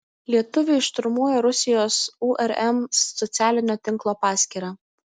lietuviai šturmuoja rusijos urm socialinio tinklo paskyrą